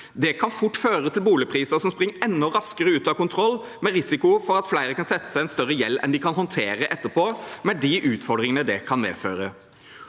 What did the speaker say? Det kan fort føre til boligpriser som springer enda raskere ut av kontroll, med risiko for at flere kan sette seg i en større gjeld enn de kan håndtere etterpå, med de utfordringene det kan medføre.